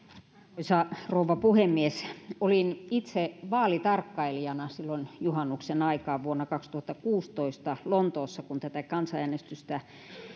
arvoisa rouva puhemies olin itse vaalitarkkailijana silloin juhannuksen aikaan vuonna kaksituhattakuusitoista lontoossa kun tätä kansanäänestystä